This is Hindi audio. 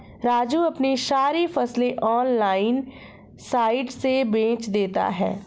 राजू अपनी सारी फसलें ऑनलाइन साइट से बेंच देता हैं